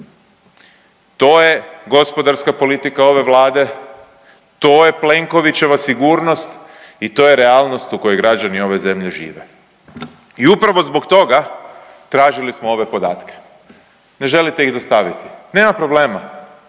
To je gospodarska politika ove Vlade, to je Plenkovićeva sigurnost i to je realnost u kojoj građani ove zemlje žive. I upravo zbog toga tražili smo ove podatke. Ne želite ih dostaviti. Nema problema!